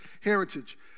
heritage